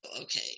okay